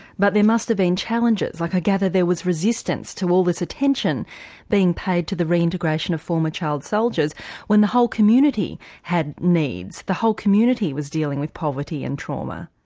but there must have been challenges. like, i gather, there was resistance to all this attention being paid to the re-integration of former child soldiers when the whole community had needs. the whole community was dealing with poverty and trauma.